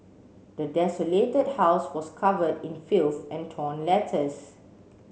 the desolated house was covered in filth and torn letters